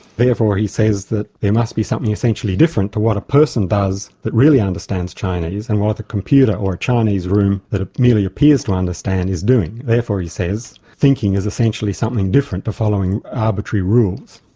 therefore he says that there must be something essentially different to what a person does that really understands chinese and what the computer or a chinese room that merely appears to understand is doing. therefore, he says, thinking is essentially something different to following arbitrary rules.